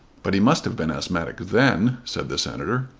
but he must have been asthmatic then? said the senator.